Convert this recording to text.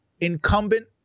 incumbent